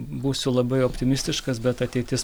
būsiu labai optimistiškas bet ateitis